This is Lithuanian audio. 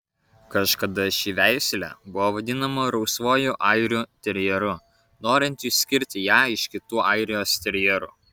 kažkada ši veislė buvo vadinama rausvuoju airių terjeru norint išskirti ją iš kitų airijos terjerų